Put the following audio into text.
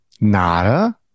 Nada